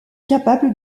capable